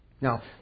Now